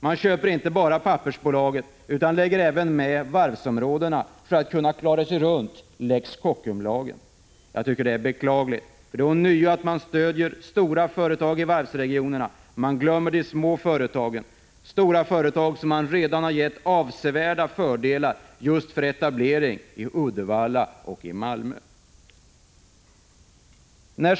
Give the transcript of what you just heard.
Man köper inte bara pappersbolagen utan lägger också ned varvsområdena för att klara sig runt lex Kockum. Jag tycker det är beklagligt, för det innebär ånyo att man stöder stora företag i varvsregionerna, företag som man redan har gett avsevärda fördelar just för etablering i Uddevalla och Malmö. Däremot glömmer man de små företagen.